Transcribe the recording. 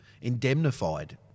indemnified